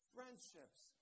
Friendships